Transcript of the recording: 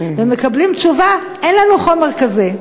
ומקבלים תשובה: אין לנו חומר כזה.